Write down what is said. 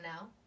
now